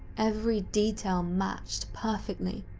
every detail matched perfectly,